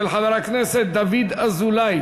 של חבר הכנסת דוד אזולאי